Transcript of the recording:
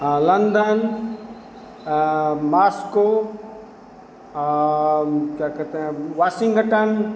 हाँ London Moscow क्या कहते हैं वासिंगटन